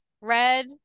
red